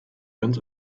ganz